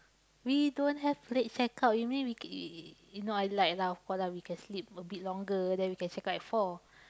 we don't have late check-out you mean we we you know I like lah of course lah we can sleep a bit longer then we can check-out at four